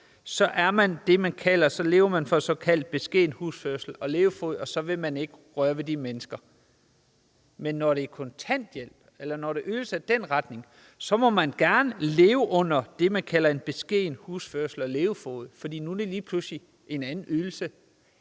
lever man med en beskeden husførelse og på en beskeden levefod, og så vil SKAT ikke røre ved de mennesker, mens når det er kontanthjælp, eller når det er ydelser i den retning, må man gerne leve under det, der kaldes en beskeden husførelse og levefod, for nu er det lige pludselig en anden ydelse?